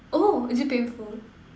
oh is it painful